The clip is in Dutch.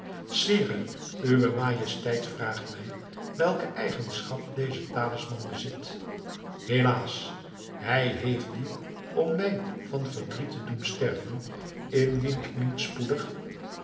sire uwe majesteit vraagt mij welke eigenschap deze talisman bezit helaas hij heeft die om mij van verdriet te doen sterven indien ik niet spoedig